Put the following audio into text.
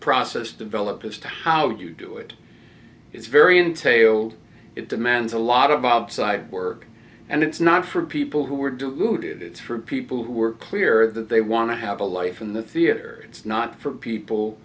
process develop as to how do you do it it's very unsafe it demands a lot of outside work and it's not for people who were deluded it's for people who were clear that they want to have a life in the theatre it's not for people